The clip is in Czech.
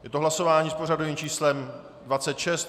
Je to hlasování s pořadovým číslem 26.